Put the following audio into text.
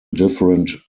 different